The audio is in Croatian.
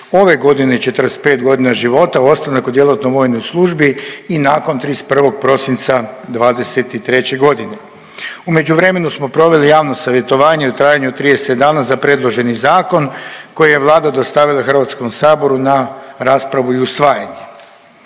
ove godine 45 godina života ostanak u djelatnoj vojnoj službi i nakon 31. prosinca 2023. godine. U međuvremenu smo proveli javno savjetovanje u trajanju od 30 dana za predloženi zakon koji je Vlada dostavila Hrvatskom saboru na raspravu i usvajanje.